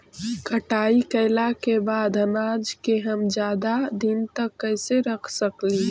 कटाई कैला के बाद अनाज के हम ज्यादा दिन तक कैसे रख सकली हे?